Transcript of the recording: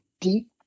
deep